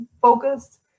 focused